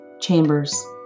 Chambers